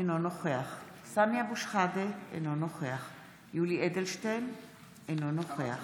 אינו נוכח סמי אבו שחאדה, אינו נוכח